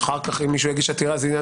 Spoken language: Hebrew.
ואחר כך אם מישהו יגיש עתירה זה עניין